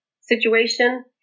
situation